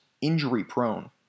injury-prone